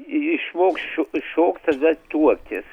išmoks šo šokt tada tuoktis